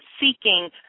seeking